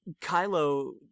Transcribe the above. Kylo